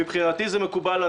מבחינתי זה מקובל.